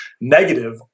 negative